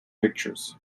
pictures